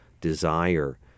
desire